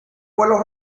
vuelos